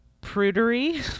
Prudery